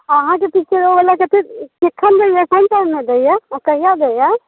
अहाँकेँ पिक्चर ओबला कतेक सिक्खल कोन टाइममे दैये ओ कहिआ दैये